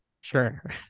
sure